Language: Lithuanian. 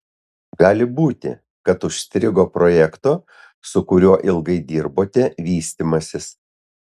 gali būti kad užstrigo projekto su kuriuo ilgai dirbote vystymasis